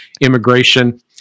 immigration